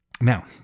Now